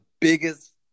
biggest